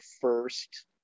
first